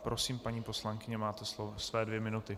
Prosím, paní poslankyně, máte slovo, své dvě minuty.